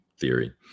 theory